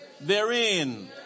therein